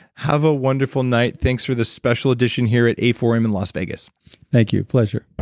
have a wonderful night. thanks for this special edition here at a four m in las vegas thank you. pleasure